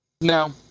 No